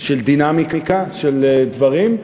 של דינמיקה של דברים.